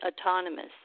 autonomous